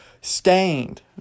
stained